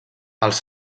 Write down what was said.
els